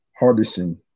Hardison